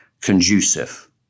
conducive